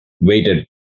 waited